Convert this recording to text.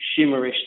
shimmerish